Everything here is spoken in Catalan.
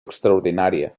extraordinària